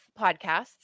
podcasts